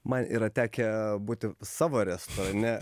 man yra tekę būti savo restorane